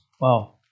Wow